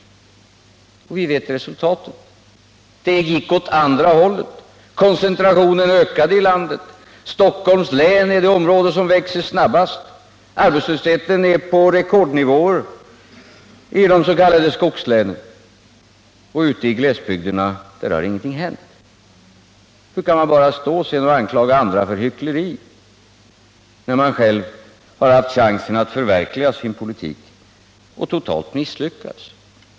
Vi känner till resultatet: det gick åt andra hållet. Koncentrationen ökade i landet. Stockholms län är det område som växer snabbast. Arbetslösheten ligger på rekordnivåer i de s.k. skogslänen, och ute i glesbygderna har ingenting hänt. Hur kan man stå och anklaga andra för hyckleri när man själv haft chansen att förverkliga sin politik och totalt misslyckats?